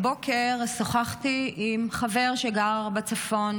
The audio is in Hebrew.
הבוקר שוחחתי עם חבר שגר בצפון.